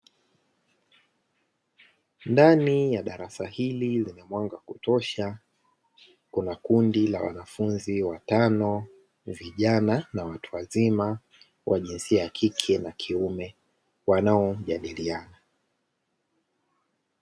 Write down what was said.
Ndani ya darasa hili lenye mwanga wa kutosha kuna kundi la wanafunzi watano vijana na watu wazima wa jinsia ya kike na kiume wanaojadiliana.